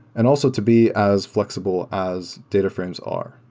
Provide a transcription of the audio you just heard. and also to be as flexible as data frames are.